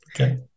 Okay